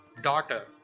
Daughter